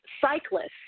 cyclists